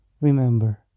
Remember